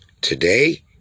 today